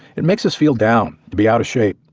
it makes us feel down to be out of shape,